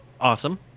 awesome